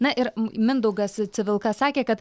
na ir mindaugas civilka sakė kad